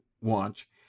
watch